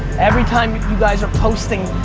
every time you guys are posting,